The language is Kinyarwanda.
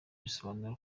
bisobanura